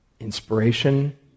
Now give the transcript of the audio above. Inspiration